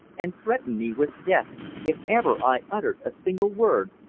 and threatened me with death if ever i uttered a single word,